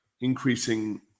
increasing